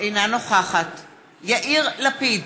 אינה נוכחת יאיר לפיד,